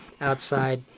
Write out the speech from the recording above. outside